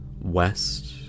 west